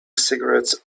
cigarettes